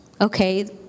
okay